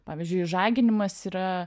pavyzdžiui išžaginimas yra